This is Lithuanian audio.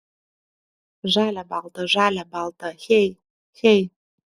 žalia balta žalia balta hey hey